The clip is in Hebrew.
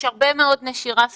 יש הרבה מאוד נשירה סמויה,